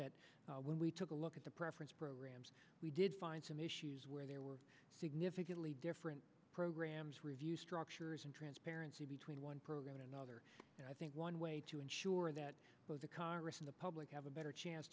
that when we took a look at the preference programs we did find some issues where there were significantly different programs review structures and transparency between one program to another and i think one way to ensure that the congress and the public have a better chance